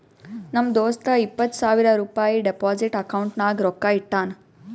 ನಮ್ ದೋಸ್ತ ಇಪ್ಪತ್ ಸಾವಿರ ರುಪಾಯಿ ಡೆಪೋಸಿಟ್ ಅಕೌಂಟ್ನಾಗ್ ರೊಕ್ಕಾ ಇಟ್ಟಾನ್